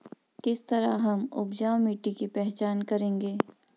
किस तरह हम उपजाऊ मिट्टी की पहचान करेंगे?